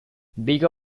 beaker